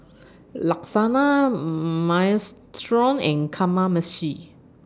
Lasagna Minestrone and Kamameshi